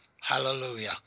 Hallelujah